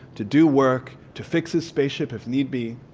to do work, to fix his spaceship if need be,